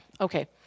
Okay